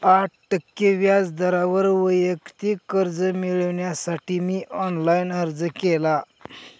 आठ टक्के व्याज दरावर वैयक्तिक कर्ज मिळविण्यासाठी मी ऑनलाइन अर्ज केला